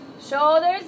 Shoulders